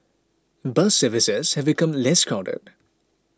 bus services have become less crowded